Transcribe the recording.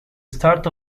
start